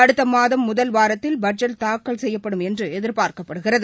அடுத்த மாதம் முதல் வாரத்தில் பட்ஜெட் தாக்கல் செய்யப்படும் என்று எதி்பாா்க்கப்படுகிறது